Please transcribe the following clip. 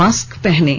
mask पहनें